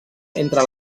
entre